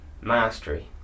Mastery